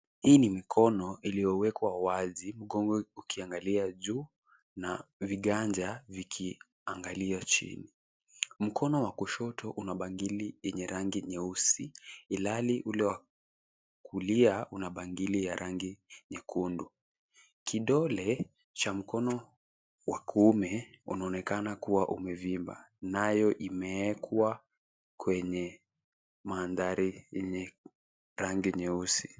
Hii ni mikono iliyowekwa wazi, mgongo ukiangalia juu na viganja vikiangalia chini. Mkono wa kushoto una bangili yenye rangi nyeusi ilhali ule wa kulia una bangili ya rangi ya nyekundu. Kidole cha mkono wa kiume unaonekana kuwa umevimba naye imewekwa kwenye mandhari yenye rangi nyeusi.